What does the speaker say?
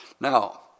Now